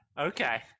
Okay